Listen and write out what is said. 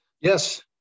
Yes